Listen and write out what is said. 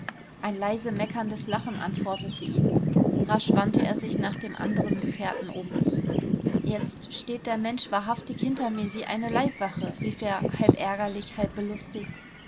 ein leise meckerndes lachen antwortete ihm rasch wandte er sich nach dem anderen gefährten um jetzt steht der mensch wahrhaftig hinter mir wie eine leibwache rief er halb ärgerlich halb belustigt